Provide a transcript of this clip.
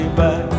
back